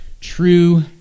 true